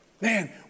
man